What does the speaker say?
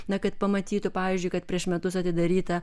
na kad pamatytų pavyzdžiui kad prieš metus atidaryta